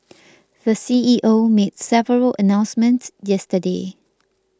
the C E O made several announcements yesterday